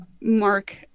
mark